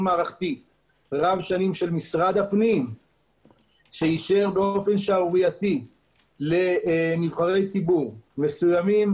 מערכתי של משרד הפנים שאישר באופן שערורייתי לנבחרי ציבור מסוימים,